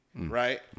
Right